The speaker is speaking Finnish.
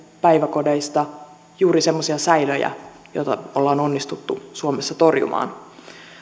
päiväkodeista juuri semmoisia säilöjä joita ollaan onnistuttu suomessa torjumaan